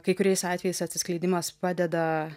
kai kuriais atvejais atsiskleidimas padeda